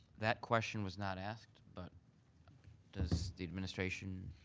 that question was not asked, but does the administration?